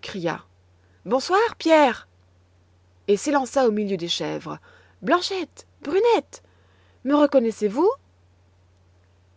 cria bonsoir pierre et s'élança au milieu des chèvres blanchette brunette me reconnaissez-vous